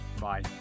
Bye